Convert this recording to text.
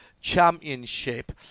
Championship